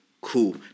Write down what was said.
Cool